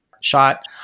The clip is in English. shot